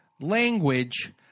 language